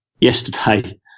Yesterday